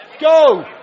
Go